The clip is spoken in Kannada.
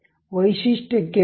ವೈಶಿಷ್ಟ್ಯ ಕ್ಕೆ ಹೋಗಿ